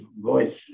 voice